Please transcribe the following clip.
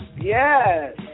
Yes